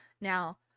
now